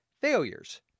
failures